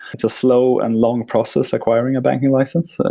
it's a slow and long process acquiring a banking license,